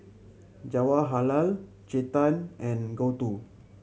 Jawaharlal Chetan and Gouthu